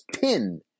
pin